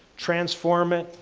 transform it,